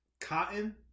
cotton